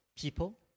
people